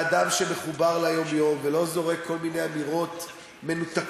ואדם שמחובר ליום-יום ולא זורק כל מיני אמירות מנותקות,